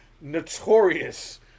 notorious